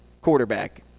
quarterback